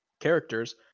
characters